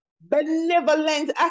benevolent